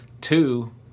Two